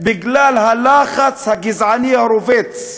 בגלל הלחץ הגזעני הרובץ.